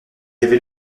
avait